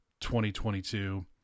2022